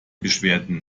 beschwerden